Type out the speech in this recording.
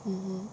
mmhmm